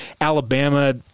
Alabama